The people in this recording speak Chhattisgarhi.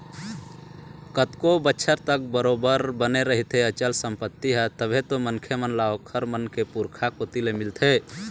कतको बछर तक बरोबर बने रहिथे अचल संपत्ति ह तभे तो मनखे मन ल ओखर मन के पुरखा कोती ले मिलथे